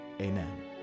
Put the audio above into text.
Amen